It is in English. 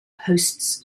hosts